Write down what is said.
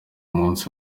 munsi